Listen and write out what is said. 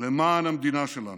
למען המדינה שלנו.